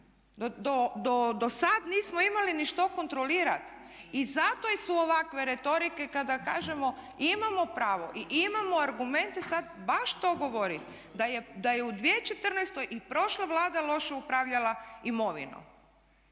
Dosad nismo imali ni što kontrolirati. I zato su ovakve retorike kada kažemo imamo pravo i imamo argumente sad baš to govori da je u 2014. i prošla Vlada loše upravljala imovinom.